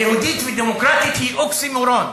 "יהודית ודמוקרטית" היא אוקסימורון,